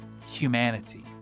humanity